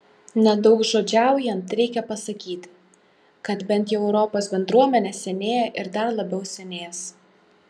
nedaugžodžiaujant reikia pasakyti kad bent jau europos bendruomenė senėja ir dar labiau senės